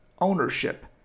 ownership